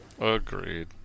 Agreed